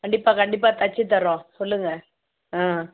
கண்டிப்பாக கண்டிப்பாக தச்சு தரோம் சொல்லுங்கள் ஆ